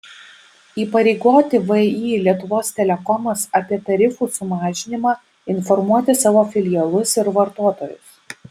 įpareigoti vį lietuvos telekomas apie tarifų sumažinimą informuoti savo filialus ir vartotojus